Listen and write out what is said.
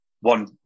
one